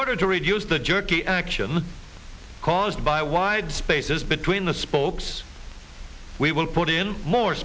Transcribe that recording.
order to reduce the jerky action caused by wide spaces between the spokes we will put in more